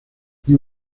you